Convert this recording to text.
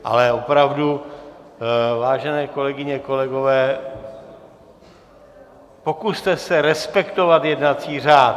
Ale opravdu, vážené kolegyně, kolegové, pokuste se respektovat jednací řád.